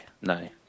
no